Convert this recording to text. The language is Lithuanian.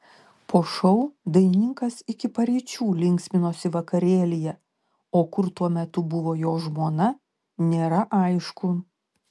po šou dainininkas iki paryčių linksminosi vakarėlyje o kur tuo metu buvo jo žmona nėra aišku